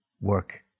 work